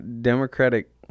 Democratic